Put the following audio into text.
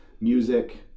music